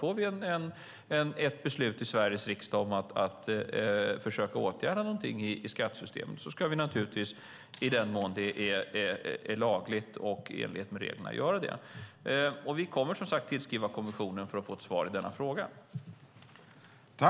Får vi ett beslut i Sveriges riksdag om att försöka åtgärda någonting i skattesystemet ska vi naturligtvis i den mån det är lagligt och i enlighet med reglerna göra det. Vi kommer som sagt att tillskriva kommissionen för att få ett svar i denna fråga.